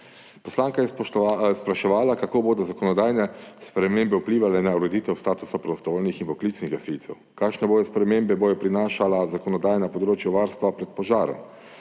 Poslanka je spraševala, kako bodo zakonodajne spremembe vplivale na ureditev statusa prostovoljnih in poklicnih gasilcev, kakšne spremembe bo prinašala zakonodaja na področju varstva pred požarom,